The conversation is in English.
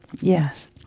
Yes